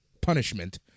punishment